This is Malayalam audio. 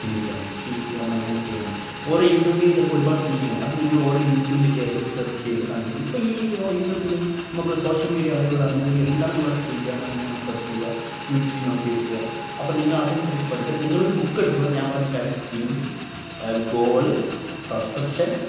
ചിന്തിക്കണം സ്പീക്കിങ്ങ് നമ്മളെങ്ങനെ ചെയ്യണം ഒരു ഇന്റർവ്യൂവിന് ചിലപ്പോള് ഒരുപാട് സ്പീക്കിങ്ങാണ് അത് നിങ്ങളോരോ യൂട്യൂബില് കയറി സെർച്ച് ചെയ്ത് കണ്ടുപിടിക്കണം ഇപ്പോള് ഈ യുഗത്തില് നമുക്ക് സോഷ്യൽ മീഡിയ അവൈലബിളാണ് നിങ്ങളെന്താണ് നിങ്ങളെ സ്കില് അതാണ് നിങ്ങള് സെർച്ച് ചെയ്യുക യൂറ്റൂബില് നോക്കി എടുക്കുക അപ്പോള് നിങ്ങളതനുസരിച്ച് പഠിക്കുക നിങ്ങളൊരു ബുക്കെടുക്കുക ഞാൻ പറഞ്ഞ കാര്യം സ്കില് ഗോള് പെർസപ്ഷൻ